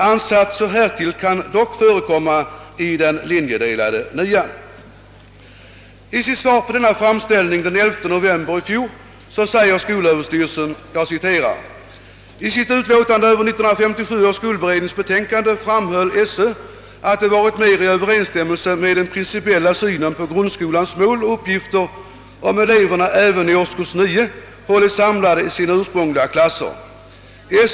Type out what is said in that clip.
Ansatser härtill kan dock förekomma i den linjedelade nian.» I sitt svar på denna framställning den 11 november i fjol säger skolöverstyrelsen: »I sitt utlåtande över 1937 års skolberednings betänkande framhöll Sö att det varit mer i överensstämmelse med den principiella synen på grundskolans mål och uppgifter om eleverna även i årskurs 9 hållits samlade i sina ursprungliga klasser.